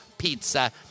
pizza